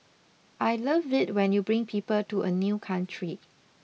I love it when you bring people to a new country